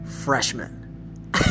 freshman